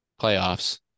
playoffs